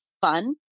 fun